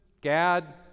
Gad